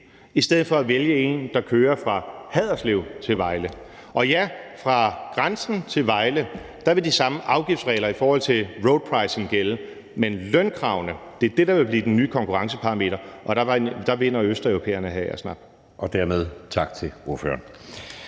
i stedet for at vælge en, der kører fra Haderslev til Vejle. Og ja, fra grænsen til Vejle vil de samme afgiftsregler i forhold til roadpricing gælde. Men lønkravene er det, der vil blive den nye konkurrenceparameter, og der vinder østeuropæerne, hr. Sigurd Agersnap. Kl.